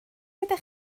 ydych